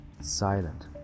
Silent